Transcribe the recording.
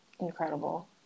incredible